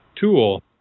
Tool